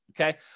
Okay